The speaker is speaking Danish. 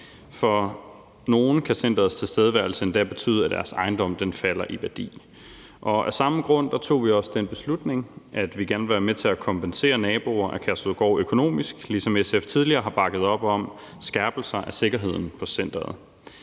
For nogle kan centerets tilstedeværelse endda betyde, at deres ejendom falder i værdi, og af samme grund tog vi også den beslutning, at vi gerne vil være med til at kompensere naboer af Kærshovedgård økonomisk, ligesom SF tidligere har bakket op om skærpelser af sikkerheden på centeret.